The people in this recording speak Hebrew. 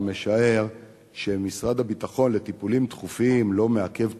אני משער שמשרד הביטחון לטיפולים דחופים לא מעכב טיפולים.